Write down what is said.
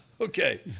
okay